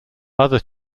other